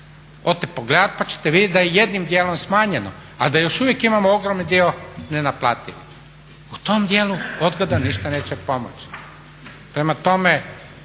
Odite pogledati pa ćete vidjeti da je jednim dijelom smanjeno, a da još uvijek imamo ogromni dio nenaplativ. U tom dijelu odgoda ništa neće pomoći.